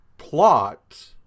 plot